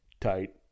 tight